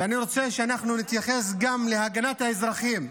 ואני רוצה שאנחנו נתייחס גם להגנת האזרחים,